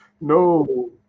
no